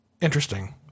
Interesting